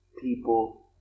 people